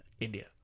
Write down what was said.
India